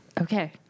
Okay